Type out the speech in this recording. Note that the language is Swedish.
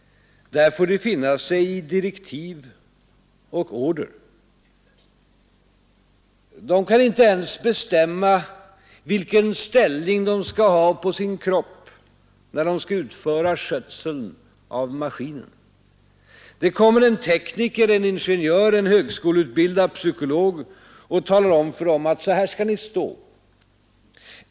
Där får de finna sig i direktiv och order. De kan inte ens bestämma vilken ställning de skall ha på sin kropp när de skall utföra skötseln av maskinen. Det kommer en tekniker, en ingenjör, en högskoleutbildad psykolog och talar om för dem att så här ska ni stå.